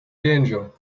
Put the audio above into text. danger